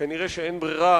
כנראה אין ברירה,